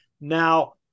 Now